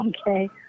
okay